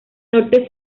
norte